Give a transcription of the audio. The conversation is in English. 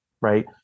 right